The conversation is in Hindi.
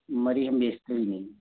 मरी हम बेचते ही नहीं है